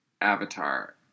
Avatar